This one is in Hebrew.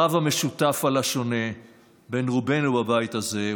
רב המשותף על השונה בין רובנו בבית הזה,